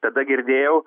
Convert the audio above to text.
tada girdėjau